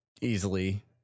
Easily